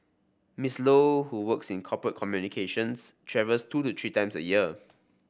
Ms Low who works in corporate communications travels two to three times a year